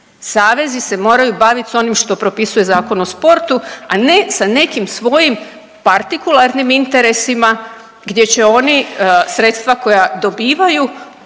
savezi se moraju bavit s onim što propisuje Zakon o sportu, a ne sa nekim svojim partikularnim interesima gdje će oni sredstva koja dobivaju